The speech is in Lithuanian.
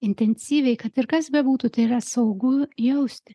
intensyviai kad ir kas bebūtų tai yra saugu jausti